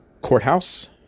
courthouse